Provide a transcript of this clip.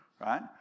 right